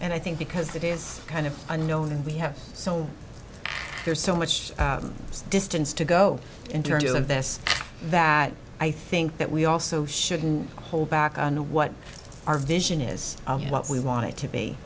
and i think because that is kind of unknown and we have so there's so much distance to go in terms of this that i think that we also should hold back on what our vision is what we want it to be